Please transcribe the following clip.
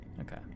Okay